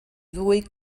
ddwy